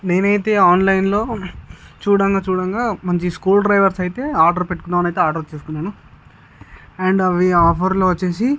నేనైతే ఆన్లైన్లో చూడంగ చూడంగ మంచి స్కూ డ్రైవర్స్ అయితే ఆర్డర్ పెట్టుకుందామని ఆర్డర్ చేసుకున్నాను అండ్ అవి ఆఫర్లో వచ్చేసి